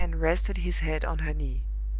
and rested his head on her knee.